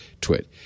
twit